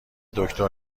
دکتر